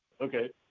Okay